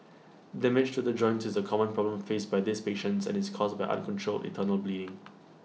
damage to the joints is A common problem faced by these patients and is caused by uncontrolled internal bleeding